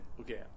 Okay